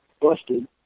busted